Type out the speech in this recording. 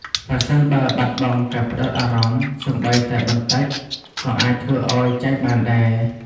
ប្រសិនបើបាត់បង់ការផ្តោតអារម្មណ៍ សូម្បីតែបន្តិចក៏អាចធ្វើឲ្យចាញ់បានដែរ។